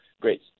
great